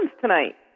tonight